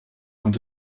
quand